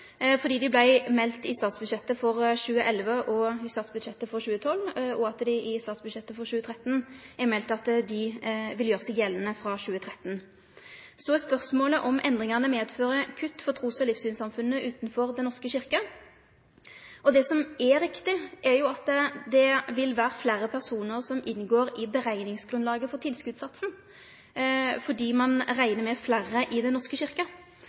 fordi dei vart melde i statsbudsjettet for 2011 og statsbudsjettet for 2012, og fordi det i statsbudsjettet for 2013 er meldt at dei vil gjere seg gjeldande frå 2013. Så er spørsmålet om endringane medfører kutt for trus- og livssynssamfunna utanfor Den norske kyrkja. Det som er viktig, er jo at det vil vere fleire personar som inngår i utrekningsgrunnlaget for tilskotssatsen fordi ein reknar med fleire i Den norske